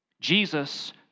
Jesus